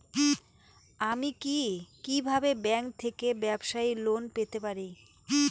আমি কি কিভাবে ব্যাংক থেকে ব্যবসায়ী লোন পেতে পারি?